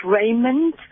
Raymond